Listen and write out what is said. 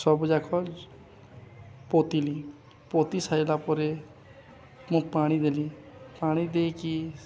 ସବୁ ଯାକ ପୋତିଲି ପୋତି ସାରିଲା ପରେ ମୁଁ ପାଣି ଦେଲି ପାଣି ଦେଇକି